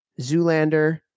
zoolander